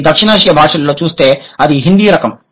ఇది దక్షిణాసియా భాషల్లో చూస్తే అది హిందీ రకం